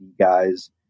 guys